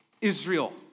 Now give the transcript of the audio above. Israel